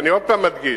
ואני עוד פעם מדגיש,